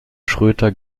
schröter